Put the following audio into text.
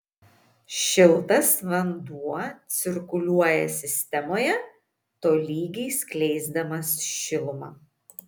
šiltas vanduo cirkuliuoja sistemoje tolygiai skleisdamas šilumą